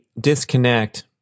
disconnect